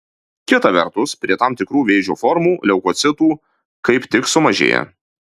kita vertus prie tam tikrų vėžio formų leukocitų kaip tik sumažėja